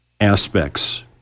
aspects